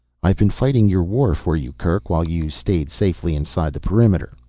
i've been fighting your war for you kerk, while you stayed safely inside the perimeter.